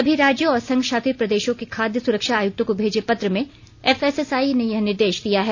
सभी राज्यों और संघ शासित प्रदेशों के खाद्य सुरक्षा आयुक्तों को भेजे पत्र में एफएसएसआइ ने यह निर्देश दिया है